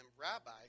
Rabbi